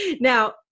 Now